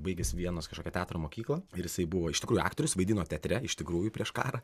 baigęs vienos kažkokią teatro mokyklą ir jisai buvo iš tikrųjų aktorius vaidino teatre iš tikrųjų prieš karą